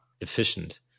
efficient